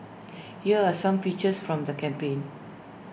here are some pictures from the campaign